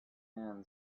man